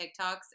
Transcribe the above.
TikToks